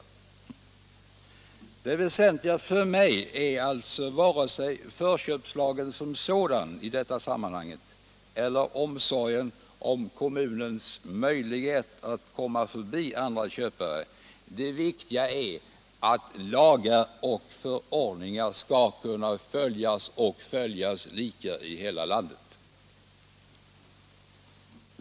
Det väsentliga för mig är alltså varken förköpslagen som sådan i detta sammanhang eller omsorgen om kommunens möjligheter att komma förbi andra köpare. Det viktiga är att lagar och förordningar skall kunna följas och följas lika i hela landet.